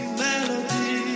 melody